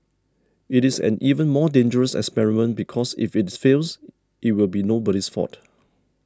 it is an even more dangerous experiment because if it fails it will be nobody's fault